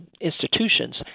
institutions